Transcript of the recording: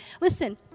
Listen